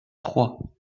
trois